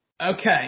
Okay